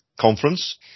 conference